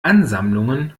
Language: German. ansammlungen